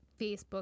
Facebook